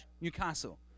Newcastle